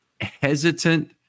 hesitant